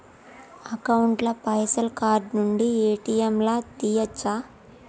Account ల పైసల్ card నుండి ఏ.టి.ఎమ్ లా తియ్యచ్చా?